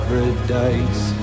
Paradise